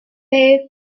bay